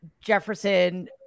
Jefferson